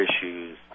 issues